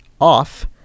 off